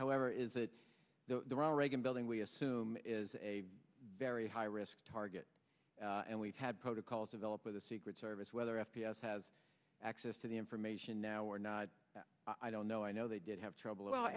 however is that the ron reagan building we assume is a very high risk target and we've had protocols develop with the secret service whether f p s has access to the information now or not that i don't know i know they did have trouble